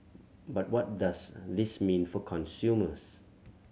but what does this mean for consumers